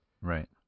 right